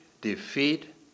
defeat